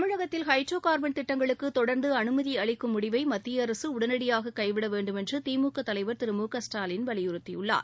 தமிழகத்தில் hydro carbon திட்டங்களுக்கு தொடர்ந்து அனுமதி அளிக்கும் முடிவை மத்திய அரசு உடனடியாக கைவிட வேண்டும் என்று திமுக தலைவர் திரு மு க ஸ்டாலின் வலியுறுத்தியுள்ளார்